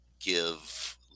give